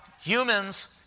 humans